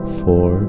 four